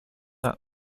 that